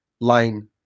line